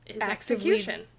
execution